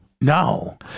No